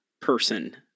person